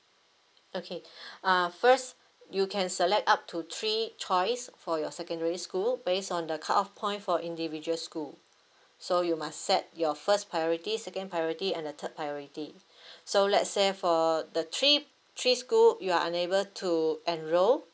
okay uh first you can select up to three choice for your secondary school based on the cut off point for individual school so you must set your first priority second priority and the third priority so let say for the three three school you are unable to enroll